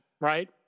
right